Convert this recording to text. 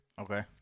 Okay